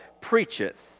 preacheth